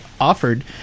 offered